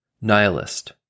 nihilist